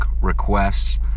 requests